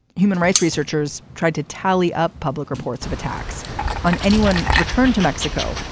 human rights researchers tried to tally up public reports of attacks on anyone returned to mexico.